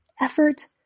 effort